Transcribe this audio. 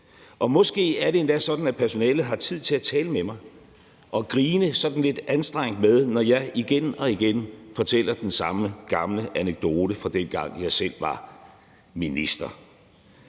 Og måske er det endda sådan, at personalet har tid til at tale med mig og grine sådan lidt anstrengt med mig, når jeg igen og igen fortæller den samme gamle anekdote fra dengang, jeg selv var minister.